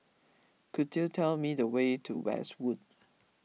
could you tell me the way to Westwood